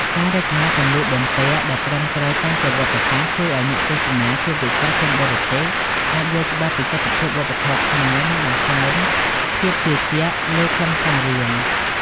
ការរចនាសម្លៀកបំពាក់ដែលត្រឹមត្រូវតាមប្រវត្តិសាស្ត្រ ជួយឱ្យអ្នកទស្សនា ជាពិសេសជនបរទេស អាចយល់ច្បាស់ពីទិដ្ឋភាពវប្បធម៌ខ្មែរ និងបង្កើនភាពជឿជាក់លើខ្លឹមសាររឿង ។